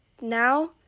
now